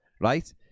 right